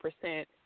percent